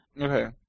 Okay